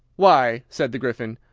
why, said the gryphon,